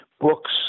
books